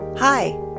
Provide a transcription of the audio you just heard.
Hi